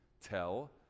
tell